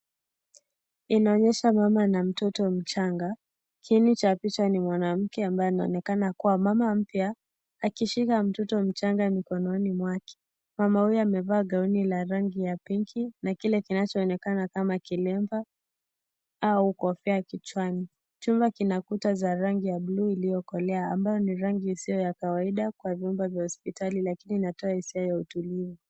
Inaonyesha mama na mtoto mchanga, kiini cha picha ni mwanamke ambaye anaonekana kuwa mama mpya akishika mtoto mchanga mikononi mwake. Mama huyu amevaa gauni ya rangi ya pinki na kile kinachoonekana kama kilemba au kofia kichwani. Chumba kina kuta za rangi ya bluu iliyokolea ambayo ni rangi isiyo ya kawaida kwa vyumba vya hospitali lakini inatoa hisia ya utulivu.